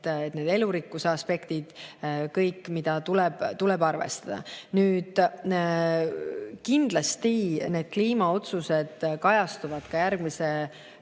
Ka elurikkuse aspektid – kõik see, mida tuleb arvestada. Kindlasti need kliimaotsused kajastuvad ka järgmises